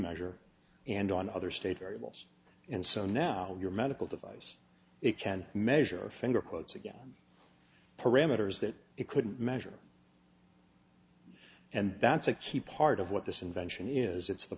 measure and on other state variables and so now your medical device it can measure a finger quotes again parameters that it couldn't measure and that's a key part of what this invention is it's the